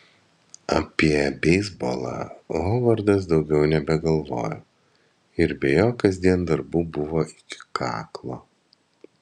apie beisbolą hovardas daugiau nebegalvojo ir be jo kasdien darbų buvo iki kaklo